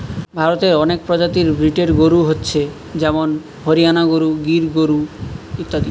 ভারতে অনেক প্রজাতির ব্রিডের গরু হচ্ছে যেমন হরিয়ানা গরু, গির গরু ইত্যাদি